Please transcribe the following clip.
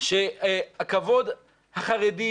שהכבוד החרדי,